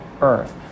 earth